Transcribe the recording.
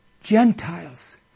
Gentiles